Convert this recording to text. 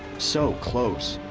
so close,